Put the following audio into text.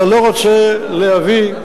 אתה לא רוצה להביא,